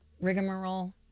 rigmarole